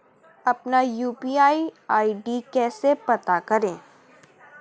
अपना UPI ID कैसे पता करें?